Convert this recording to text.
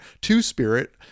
two-spirit